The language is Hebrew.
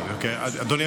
חבריי